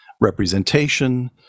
representation